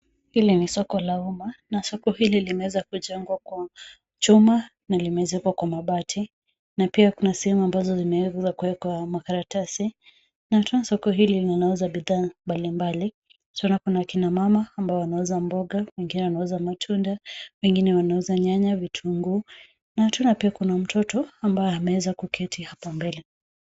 Hili ni soko la umma na soko hili limeweza kujengwa kwa chuma na limeezekwa kwa mabati na pia kuna sehemu ambazo zimeweza kuwekwa makaratasi na tena soko hili linauza bidhaa mbalimbali. Tunaona kuna kina mama ambao wanauza mboga, wengine wanauza matunda, wengine wanauza nyanya, vitunguu na tunaona pia kuna mtoto ambaye ameweza kuketi hapo mbele.